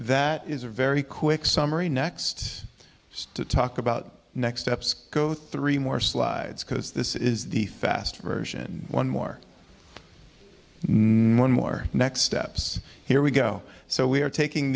that is a very quick summary next to talk about next steps go three more slides because this is the fast version one more no one more next steps here we go so we are taking